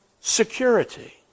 security